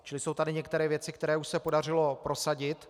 Čili jsou tady některé věci, které už se podařilo prosadit.